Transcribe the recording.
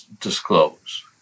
disclose